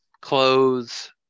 clothes